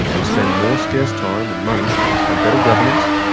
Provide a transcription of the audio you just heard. to spend more scarce time and money on better governance,